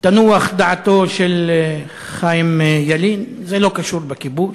תנוח דעתו של חיים ילין: זה לא קשור בכיבוש.